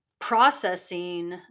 processing